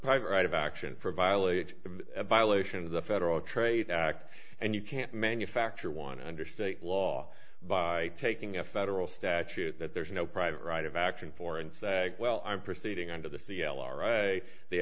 private right of action for violates violations the federal trade act and you can't manufacture one under state law by taking a federal statute that there's no private right of action for and say well i'm proceeding under the